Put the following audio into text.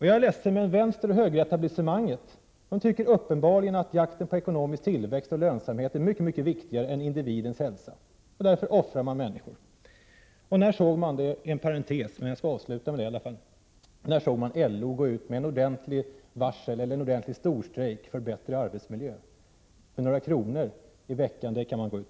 Jag är ledsen, men vänster-höger-etablissemanget tycker uppenbarligen att jakten på ekonomisk tillväxt och lönsamhet är mycket viktigare än individens hälsa. Därför offras människor. Jag skall avsluta med en parentes: När såg man LO gå ut med ett varsel om en ordentlig storstrejk för en bättre arbetsmiljö? Men för några kronor i veckan kan man gå ut.